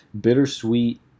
bittersweet